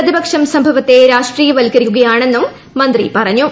പ്രതിപക്ഷം സംഭവത്തെ രാഷ്ട്രീയവൽക്കരിക്കുകയാണെന്നും മന്ത്രി പറഞ്ഞു